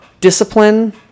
discipline